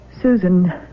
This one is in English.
Susan